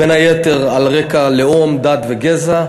בין היתר על רקע לאום, דת וגזע.